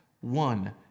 one